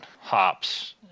hops